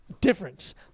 Difference